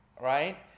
right